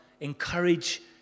encourage